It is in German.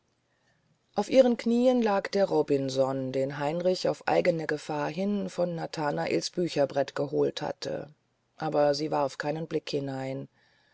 auf ihren knieen lag der robinson den heinrich auf eigene gefahr hin von nathanaels bücherbrett geholt hatte aber sie warf keinen blick hinein